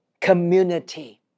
community